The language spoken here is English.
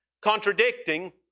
contradicting